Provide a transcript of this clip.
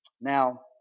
now